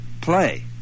play